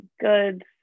good